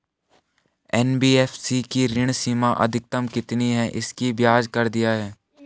NBFC की ऋण सीमा अधिकतम कितनी है इसकी ब्याज दर क्या है?